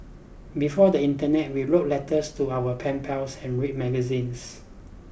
before the Internet we wrote letters to our pen pals and read magazines